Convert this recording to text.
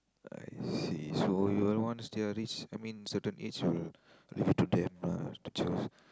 I see so you all want theories I mean certain age you will leave to them lah the church